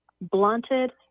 blunted